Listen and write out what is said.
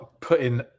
putting